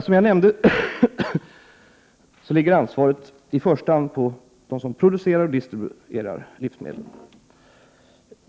Som jag nämnde ligger ansvaret i första hand på dem som producerar och distribuerar livsmedel.